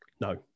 no